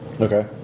Okay